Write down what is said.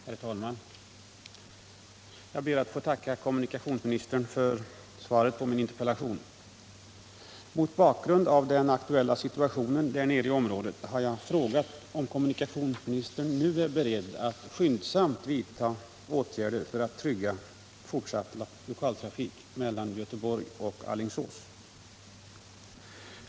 Herr talman! Jag ber att få tacka kommunikationsministern för svaret på min interpellation. Mot bakgrund av den aktuella situationen i området har jag frågat om kommunikationsministern nu är beredd att skyndsamt vidta åtgärder för att trygga fortsatt lokaltrafik mellan Göteborg och Alingsås.